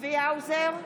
צבי האוזר,